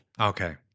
Okay